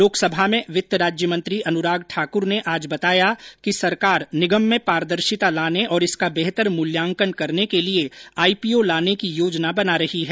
लोकसभा में वित्त राज्य मंत्री अनुराग ठाक्र ने आज बताया कि सरकार निगम में पारदर्शिता लाने और इसका बेहतर मूल्यांकन करने के लिए आईपीओ लाने की योजना बना रही है